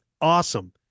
awesome